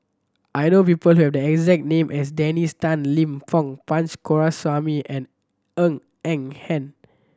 I know people who have the exact name as Dennis Tan Lip Fong Punch Coomaraswamy and Ng Eng Hen